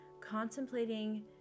contemplating